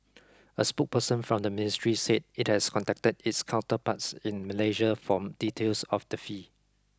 a spokesperson from the ministry said it has contacted its counterparts in Malaysia from details of the fee